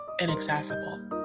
inaccessible